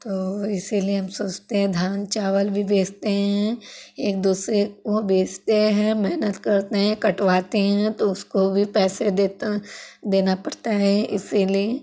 तो इसीलिए हम सोचते हैं धान चावल भी बेचते हैं एक दूसरे वो बेचते हैं मेहनत करते हैं कटवाते हैं तो उसको भी पैसे देते देना पड़ता है इसीलिए